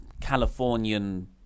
Californian